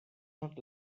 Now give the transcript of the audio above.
not